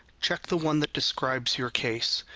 check the one that describes your case.